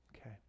Okay